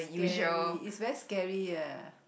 scary it's very scary ah